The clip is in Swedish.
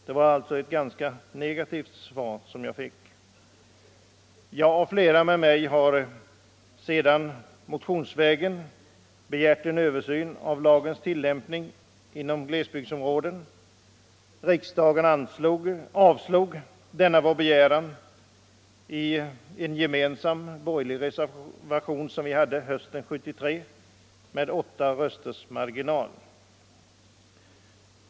Det var alltså ett rätt negativt svar jag fick. Jag och flera med mig har sedan motionsvägen begärt en översyn av lagens tillämpning inom glesbygdsområden. Riksdagen avslog denna vår begäran i en gemensam borgerlig reservation hösten 1973 med 8 rösters marginal.